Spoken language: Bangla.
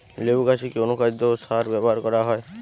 লেবু গাছে কি অনুখাদ্য ও সার ব্যবহার করা হয়?